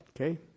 Okay